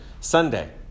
Sunday